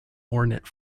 ornate